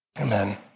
Amen